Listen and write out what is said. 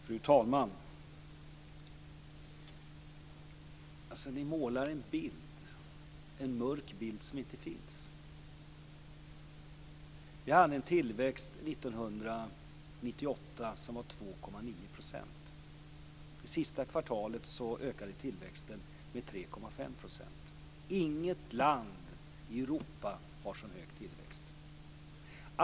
Fru talman! Ni målar en mörk bild som inte finns. Vi hade en tillväxt 1998 som var 2,9 %. Det senaste kvartalet ökade tillväxten med 3,5 %. Inget annat land i Europa har så hög tillväxt.